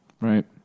Right